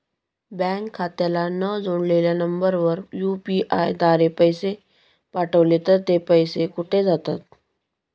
Bank खात्याला न जोडलेल्या नंबरवर यु.पी.आय द्वारे पैसे पाठवले तर ते पैसे कुठे जातात?